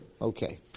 Okay